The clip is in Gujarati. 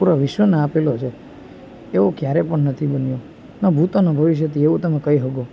પૂરા વિશ્વને આપેલો છે એવો ક્યારે પણ નથી બન્યો ન ભૂતો ન ભવિષ્યતી એવું તમે કહી શકો